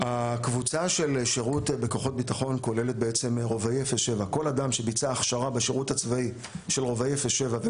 הקבוצה של שירות בכוחות ביטחון כוללת בעצם רובאי 07. כל אדם שביצע הכשרה בשירות הצבאי של רובאי 07 והוא